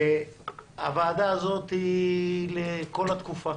והוועדה הזאת היא לכל התקופה.